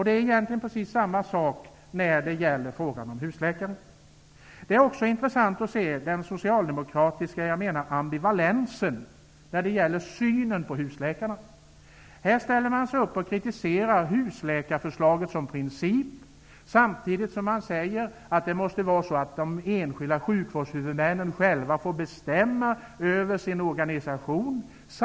Det är egentligen precis samma sak i frågan om husläkare. Det är också intressant att se den socialdemokratiska ambivalensen i synen på husläkarna. Här ställer man sig upp och kritiserar husläkarförslaget som princip, samtidigt som man säger att de enskilda sjukvårdshuvudmännen själva måste få bestämma över sin organisation.